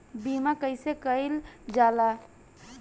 बीमा कइसे कइल जाला?